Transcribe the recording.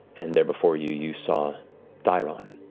and there before you you saw dairon.